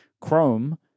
Chrome